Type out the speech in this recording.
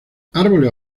árboles